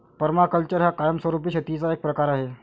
permaculture हा कायमस्वरूपी शेतीचा एक प्रकार आहे